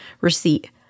receipt